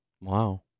Wow